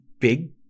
big